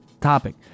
topic